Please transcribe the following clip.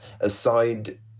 aside